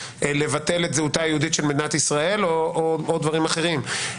לבטל את זהותה היהודית של מדינת ישראל או דברים אחרים,